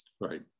Right